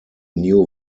new